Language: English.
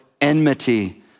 enmity